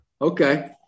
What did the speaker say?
Okay